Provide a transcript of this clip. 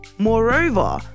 Moreover